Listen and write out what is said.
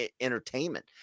entertainment